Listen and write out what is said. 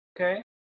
Okay